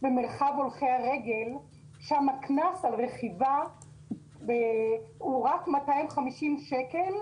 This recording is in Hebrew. במרחב הולכי הרגל שם הקנס על רכיבה הוא רק 250 שקלים,